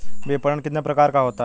विपणन कितने प्रकार का होता है?